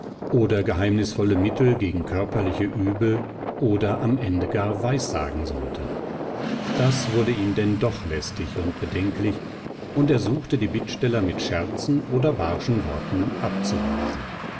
oder geheimnisvolle mittel gegen körperliche übel oder am ende gar weissagen sollte das wurde ihm denn doch lästig und bedenklich und er suchte die bittsteller mit scherzen oder barschen worten abzuweisen